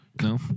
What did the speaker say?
No